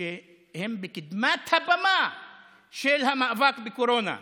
שהם בקדמת הבמה של המאבק בקורונה,